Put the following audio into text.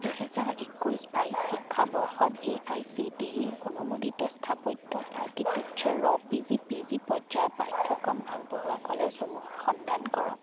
দুহেজাৰ একৈছ বাইছ শিক্ষাবৰ্ষত A I C T E অনুমোদিত স্থাপত্য architecture of P G P G পৰ্যায়ৰ পাঠ্যক্ৰম আগবঢ়োৱা কলেজসমূহৰ সন্ধান কৰক